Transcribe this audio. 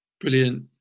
Brilliant